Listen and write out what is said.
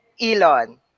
Elon